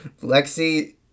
Lexi